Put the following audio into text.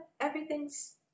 everything's